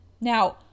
Now